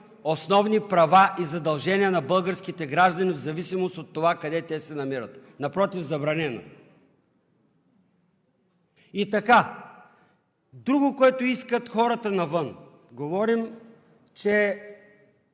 основни права и задължения на българските граждани в зависимост от това къде те се намират. Напротив – забранено е. Друго, което искат хората навън. Говорим, че